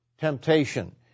temptation